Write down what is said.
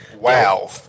Wow